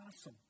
awesome